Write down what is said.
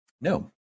No